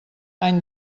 any